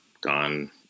gone